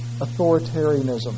authoritarianism